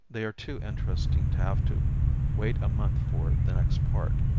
they are too interesting to have to wait a month for the next part.